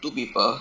two people